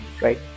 right